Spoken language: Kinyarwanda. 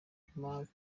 muke